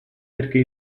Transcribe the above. perché